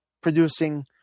producing